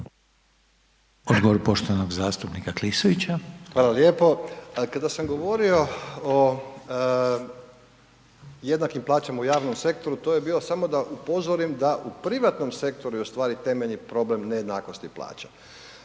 Odgovor poštovanog zastupnika Klisovića. **Klisović, Joško (SDP)** Hvala lijepo. Dakle kad sam govorio o jednakim plaćama u javnom sektoru, to je bilo samo da upozorim da u privatnom sektoru je ustvari temeljni problem nejednakosti plaća.